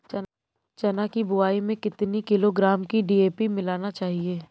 चना की बुवाई में कितनी किलोग्राम डी.ए.पी मिलाना चाहिए?